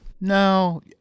No